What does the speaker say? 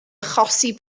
achosi